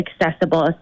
accessible